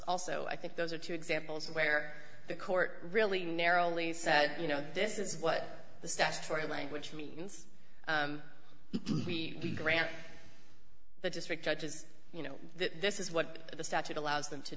also i think those are two examples where the court really narrowly said you know this is what the statutory language means we grant the district judges you know this is what the statute allows them to